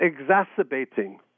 exacerbating